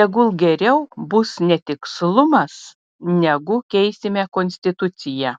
tegul geriau bus netikslumas negu keisime konstituciją